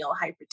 hypertension